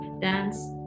dance